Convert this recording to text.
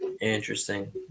interesting